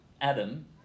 Adam